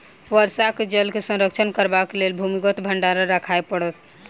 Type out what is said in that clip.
वर्षाक जल के संरक्षण करबाक लेल भूमिगत भंडार राखय पड़त